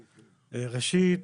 ראשית,